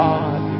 God